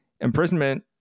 Imprisonment